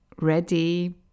Ready